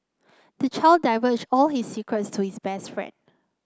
the child divulged all he secrets to his best friend